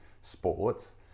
sports